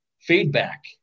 feedback